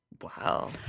Wow